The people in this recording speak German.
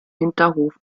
hinterhof